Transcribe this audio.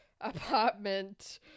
apartment